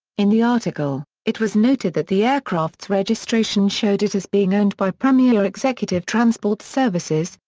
in the article, it was noted that the aircraft's registration showed it as being owned by premier executive transport services,